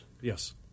Yes